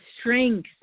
strength